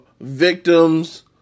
victims